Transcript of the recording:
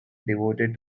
devoted